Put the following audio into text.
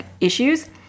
issues